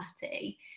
party